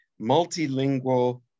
multilingual